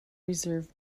reserve